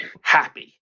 happy